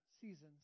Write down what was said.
seasons